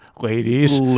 ladies